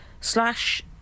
slash